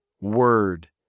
word